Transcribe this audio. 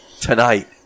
tonight